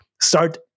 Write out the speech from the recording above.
start